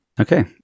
Okay